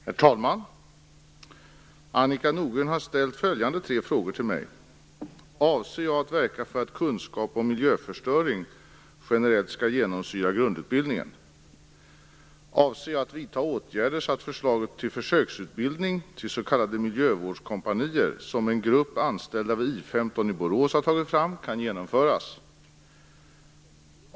Herr talman! Annika Nordgren har ställt följande tre frågor till mig: 1. Avser jag att verka för att kunskap om miljöförstöring generellt skall genomsyra grundutbildningen? 2. Avser jag att vidta åtgärder så att förslaget till försöksutbildning - till s.k. miljövårdskompanier - som en grupp anställda vid I 15 i Borås har tagit fram kan genomföras? 3.